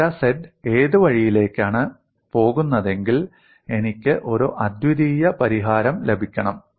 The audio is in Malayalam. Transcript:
ഡെൽറ്റ z ഏത് വഴിയിലേക്കാണ് പോകുന്നതെങ്കിൽ എനിക്ക് ഒരു അദ്വിതീയ പരിഹാരം ലഭിക്കണം